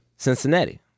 Cincinnati